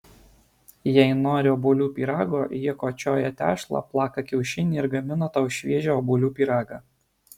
jei nori obuolių pyrago jie kočioja tešlą plaka kiaušinį ir gamina tau šviežią obuolių pyragą